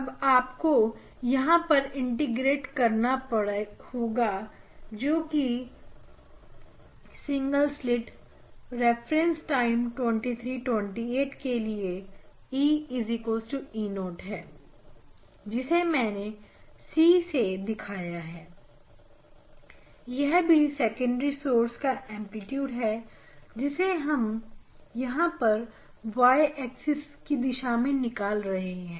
अब आपको यहां पर इसको इंटीग्रेट करना होगा जैसे कि सिंगल स्लित Refer Time 2328 के लिए E E0 है जिसे मैंने C सैया दिखाया है यह सी सेकेंडरी सोर्स का एंप्लीट्यूड है जिसे हम पर लंबाई y axis की दिशा में निकाल रहे हैं